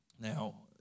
Now